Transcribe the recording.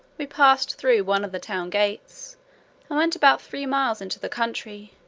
we passed through one of the town gates, and went about three miles into the country,